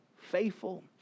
faithful